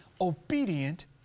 obedient